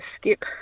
skip